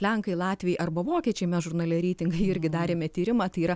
lenkai latviai arba vokiečiai mes žurnale reitingai irgi darėme tyrimą tai yra